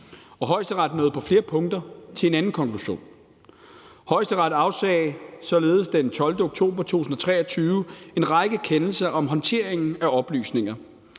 og Højesteret nåede på flere punkter til en anden konklusion. Højesteret afsagde således den 12. oktober 2023 en række kendelser om håndteringen af oplysninger.